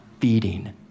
feeding